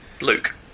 Luke